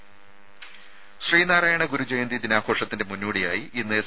രുമ ശ്രീനാരായണ ഗുരു ജയന്തി ദിനാഘോഷത്തിന്റെ മുന്നോടിയായി ഇന്ന് എസ്